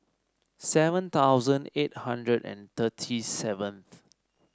seven thousand eight hundred and thirty seventh